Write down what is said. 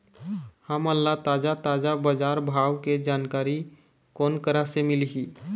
हमन ला ताजा ताजा बजार भाव के जानकारी कोन करा से मिलही?